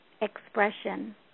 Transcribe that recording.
expression